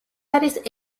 არის